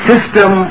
system